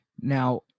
Now